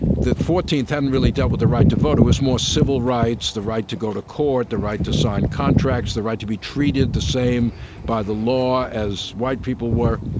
the fourteenth hadn't really dealt with the right to vote, it was more civil rights, the right to go to court, the right to sign contracts, the right to be treated the same by the law as white people were.